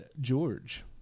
George